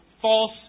false